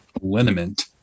Liniment